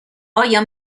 آیا